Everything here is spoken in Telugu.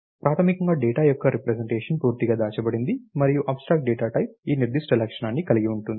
ప్రాథమికంగా డేటా యొక్క రిప్రెసెంటేషన్ పూర్తిగా దాచబడింది మరియు అబ్స్ట్రాక్ట్ డేటా టైప్ ఈ నిర్దిష్ట లక్షణాన్ని కలిగి ఉంటుంది